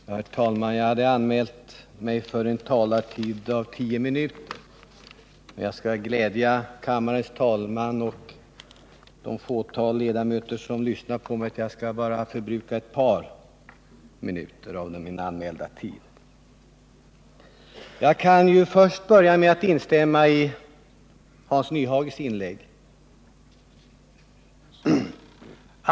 Herr talman! Jag hade anmält mig för en talartid av tio minuter, men jag skall glädja talmannen och det fåtal av kammarens ledamöter som lyssnar på mig med att jag bara skall förbruka ett par av dessa minuter. Jag kan börja med att instämma i Hans Nyhages inlägg.